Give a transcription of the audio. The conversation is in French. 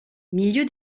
milieu